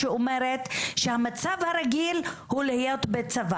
שאלת מתי נראה תוצאות.